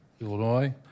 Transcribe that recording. Illinois